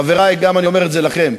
חברי, אני אומר את זה גם לכם,